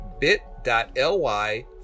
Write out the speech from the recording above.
bit.ly